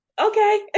Okay